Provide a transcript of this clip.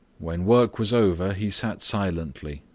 when work was over he sat silently,